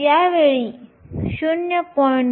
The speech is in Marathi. तर यावेळी 0